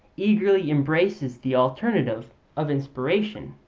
eagerly embraces the alternative of inspiration.